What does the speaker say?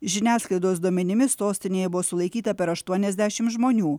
žiniasklaidos duomenimis sostinėje buvo sulaikyta per aštuoniasdešim žmonių